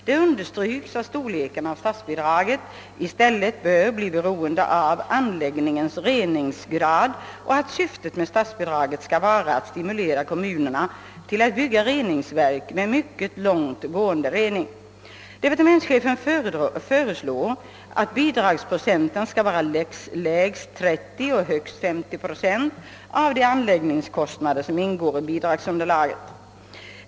Det understryks att storleken av statsbidraget i stället bör bli beroende av anläggningens reningsgrad och att syftet med statsbidraget skall vara att stimulera kommunerna att bygga reningsverk med mycket långt gående rening. Enligt departementschefens förslag skall bidragsprocenten sättas »till lägst 30 och högst 50 av de anläggningskostnader som ingår i bidragsunderlaget».